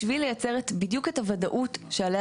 בשביל לייצר בדיוק את הוודאות שעליה